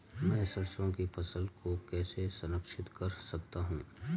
मैं सरसों की फसल को कैसे संरक्षित कर सकता हूँ?